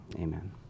Amen